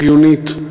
חיונית,